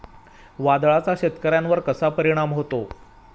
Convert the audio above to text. वादळाचा शेतकऱ्यांवर कसा परिणाम होतो?